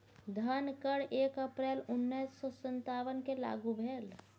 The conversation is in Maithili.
धन कर एक अप्रैल उन्नैस सौ सत्तावनकेँ लागू भेल